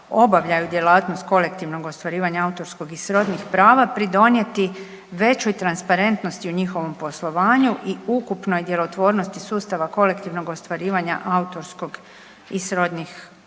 obavljaju djelatnost kolektivnog ostvarivanja autorskog i srodnih prava pridonijeti većoj transparentnosti u njihovom poslovanju i ukupnoj djelotvornosti sustava kolektivnog ostvarivanja autorskog i srodnih prava